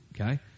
Okay